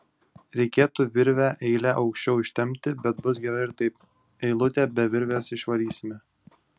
reikėtų virvę eile aukščiau ištempti bet bus gerai ir taip eilutę be virvės išvarysime